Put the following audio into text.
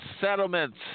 settlements